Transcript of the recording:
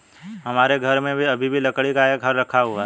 हमारे घर में अभी भी लकड़ी का एक हल रखा हुआ है